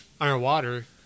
underwater